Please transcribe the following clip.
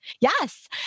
yes